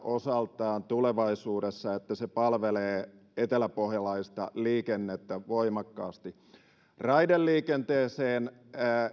osaltaan toimenpiteitä tulevaisuudessa niin että se palvelee eteläpohjalaista liikennettä voimakkaasti raideliikenteeseen